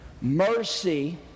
Mercy